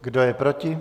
Kdo je proti?